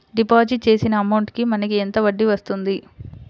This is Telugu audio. డిపాజిట్ చేసిన అమౌంట్ కి మనకి ఎంత వడ్డీ వస్తుంది?